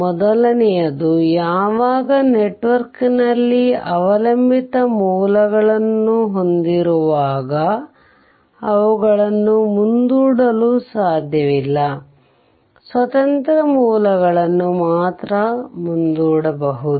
ಮೊದಲನೆಯದು ಯಾವಾಗ ನೆಟ್ವರ್ಕ್ನಲ್ಲಿ ಅವಲಂಬಿತ ಮೂಲಗಳನ್ನು ಹೊಂದಿರುವಾಗ ಅವುಗಳನ್ನು ಮುಂದೂಡಲು ಸಾಧ್ಯವಿಲ್ಲ ಸ್ವತಂತ್ರ ಮೂಲಗಳನ್ನು ಮಾತ್ರ ಮುಂದೂಡಬಹುದು